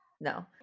No